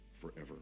forever